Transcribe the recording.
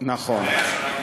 נכון,